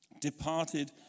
departed